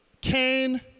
Cain